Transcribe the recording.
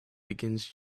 begins